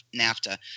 NAFTA